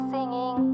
Singing